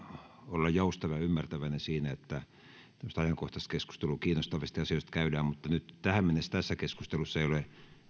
olla joustava ja ymmärtäväinen siinä että tämmöistä ajankohtaiskeskustelua kiinnostavista asioista käydään mutta nyt tähän mennessä keskustelussa ei ole käytetty